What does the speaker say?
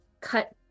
cut